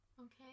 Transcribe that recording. Okay